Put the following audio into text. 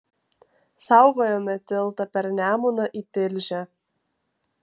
saugojome tiltą per nemuną į tilžę